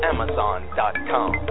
Amazon.com